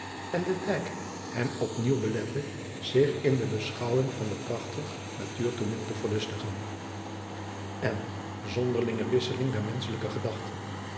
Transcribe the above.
en de dijk hem op nieuw belette zich in de beschouwing van dat prachtig natuurtooneel te verlustigen en zonderlinge wisseling der menschelijke gedachten